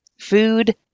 food